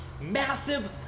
massive